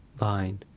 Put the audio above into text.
line